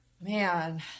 Man